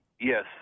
Yes